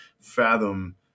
fathom